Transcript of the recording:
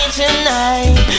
tonight